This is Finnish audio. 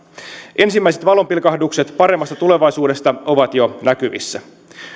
ensimmäiset valonpilkahdukset paremmasta tulevaisuudesta ovat jo näkyvissä